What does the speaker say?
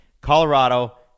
Colorado